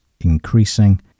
increasing